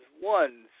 one